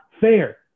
fair